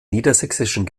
niedersächsischen